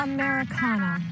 Americana